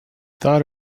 thought